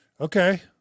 Okay